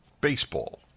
baseball